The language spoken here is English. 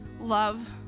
love